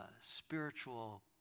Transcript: spiritual